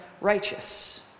righteous